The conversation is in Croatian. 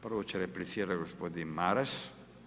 Prvo će replicirati gospodin Maras.